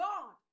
God